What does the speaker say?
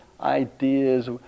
ideas